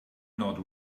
not